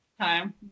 time